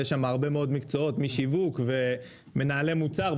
יש שם הרבה מאוד מקצועות משיווק ומנהלי מוצר,